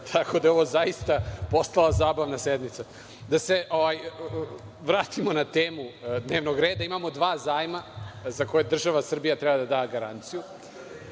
tako da je ovo zaista postala zabavna sednica. Da se vratimo na temu dnevnog reda, imamo dva zajma za koje država Srbije za koje